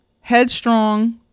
headstrong